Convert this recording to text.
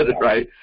right